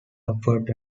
upward